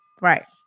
Right